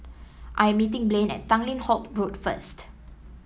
I am meeting Blane at Tanglin Halt Road first